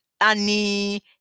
Annie